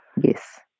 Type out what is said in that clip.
Yes